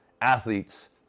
athletes